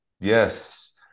yes